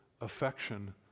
affection